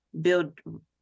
build